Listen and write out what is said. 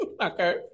Okay